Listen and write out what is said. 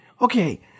okay